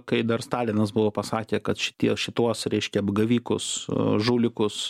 kai dar stalinas buvo pasakė kad šitie šituos reiškia apgavikus žulikus